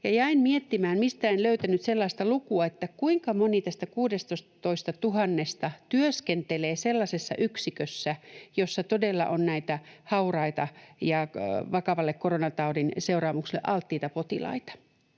jäin miettimään — mistään en löytänyt sellaista lukua — kuinka moni tästä 16 000 työskentelee sellaisessa yksikössä, jossa todella on näitä hauraita ja vakaville koronataudin seuraamuksille alttiita potilaita.